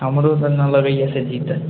हमरोसे नहि लगै हय जीते